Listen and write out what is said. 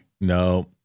No